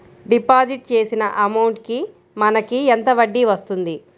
Deposit చేసిన amount కి మనకి ఎంత వడ్డీ వస్తుంది?